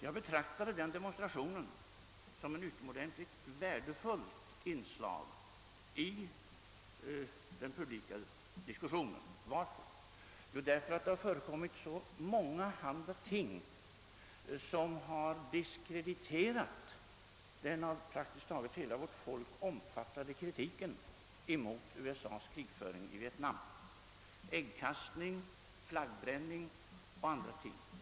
Jag betraktade denna demonstration som ett utomordentligt värdefullt inslag i den publika diskussionen. Varför? Jo, därför att det har förekommit så mångahanda ting som har diskrediterat den av praktiskt taget hela vårt folk omfattade kritiken emot USA:s krigföring i Vietnam: äggkastning, flaggbränning och annat.